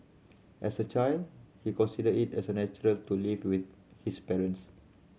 as a child he consider it as natural to live with his parents